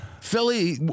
Philly